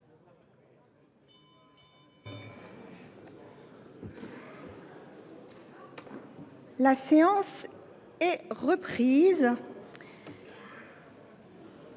La séance est reprise.